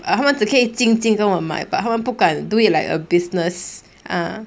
err 他们只可以静静跟我买 but 他们不敢 do it like a business ah